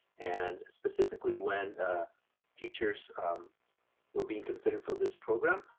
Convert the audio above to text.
and specifically when teachers were being considered for this program,